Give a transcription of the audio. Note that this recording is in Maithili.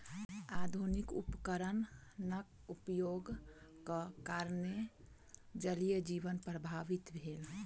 आधुनिक उपकरणक उपयोगक कारणेँ जलीय जीवन प्रभावित भेल